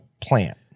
plant